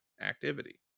activity